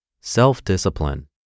Self-Discipline